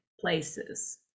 places